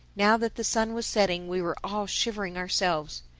now that the sun was setting, we were all shivering ourselves.